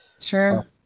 Sure